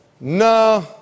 no